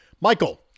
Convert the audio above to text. Michael